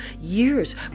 years